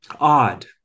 Odd